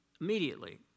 Immediately